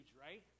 right